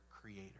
creator